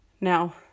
Now